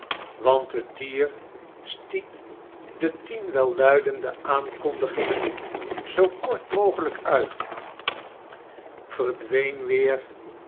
want het dier stiet de tien welluidende aankondigkigen zoo kort mogelijk uit verdween weer